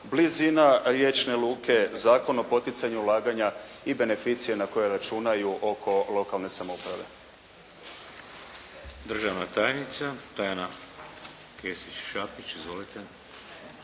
blizina riječne luke, Zakon o poticanju ulaganja i beneficije na koje računaju oko lokalne samouprave.